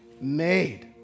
made